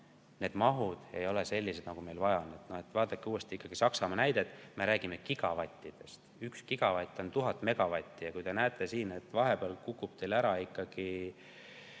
need mahud ei ole sellised, nagu meil vaja on. Vaadake uuesti Saksamaa näidet. Me räägime gigavattidest. 1 gigavatt on 1000 megavatti. Ja kui te näete siin, et vahepeal kukub teil ikkagi